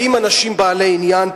באים אנשים בעלי עניין,